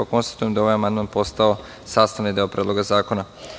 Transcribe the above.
Konstatujem da je ovaj amandman postao sastavni deo Predloga zakona.